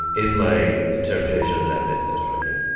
in my interpretation of that myth, that's right. yup